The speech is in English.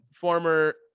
former